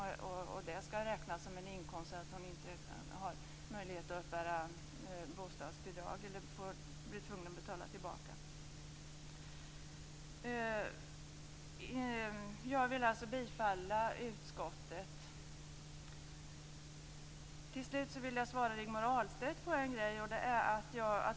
Det skadeståndet skall räknas som en inkomst, och hon blir då tvungen att betala tillbaka bostadsbidraget. Jag vill alltså bifalla utskottets hemställan. Till slut vill jag svara Rigmor Ahlstedt på hennes fråga.